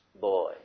boy